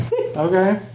Okay